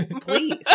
Please